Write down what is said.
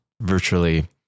virtually